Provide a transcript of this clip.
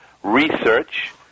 research